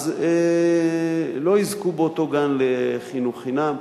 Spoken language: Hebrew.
אז לא יזכו באותו גן לחינוך חינם.